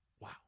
Wow